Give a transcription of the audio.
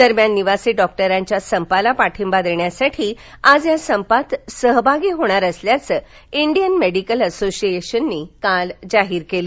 दरम्यान निवासी डॉक्टरांच्या संपाला पाठिंबा देण्यासाठी आज या संपात सहभागी होणार असल्याचं डियन मेडीकल असोशिएशननं काल जाहीर केलं